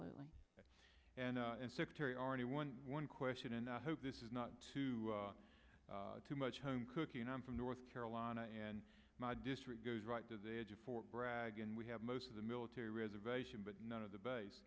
absolutely and and secretary arnie one one question and i hope this is not too too much home cooking i'm from north carolina and my district goes right to the edge of fort bragg and we have most of the military reservation but none of the base